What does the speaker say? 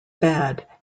bad